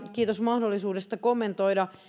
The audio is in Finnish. kiitos mahdollisuudesta kommentoida